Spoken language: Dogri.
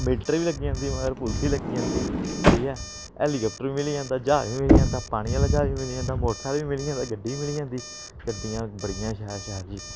मिलटरी बी लग्गी जंदी मगर पुलस लग्गी जंदी ठीक ऐ हैलीकाप्टर बी मिली जंदा ज्हाज बी मिली जंदा पानी आह्ला ज्हाज बी मिली जंदा मोटरसैकल बी मिली जंदा गड्डी बी मिली जंदी गड्डियां बड़ियां शैल शैल जी